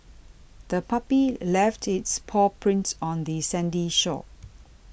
the puppy left its paw prints on the sandy shore